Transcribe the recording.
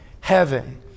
heaven